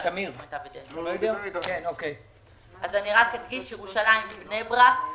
אני רק אדגיש: ירושלים, בני-ברק,